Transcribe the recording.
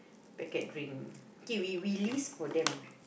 packet drink okay okay we list for them